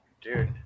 dude